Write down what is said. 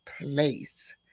place